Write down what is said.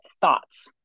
thoughts